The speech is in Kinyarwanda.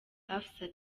afsa